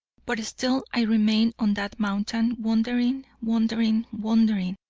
but still i remained on that mountain wondering, wondering, wondering.